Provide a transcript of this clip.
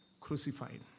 crucified